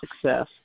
success